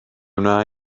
wna